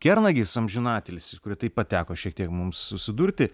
kernagis amžinatilsį su kuriuo taip pat teko šiek tiek mums susidurti